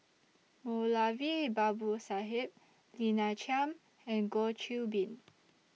Moulavi Babu Sahib Lina Chiam and Goh Qiu Bin